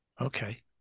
Okay